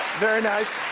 very nice.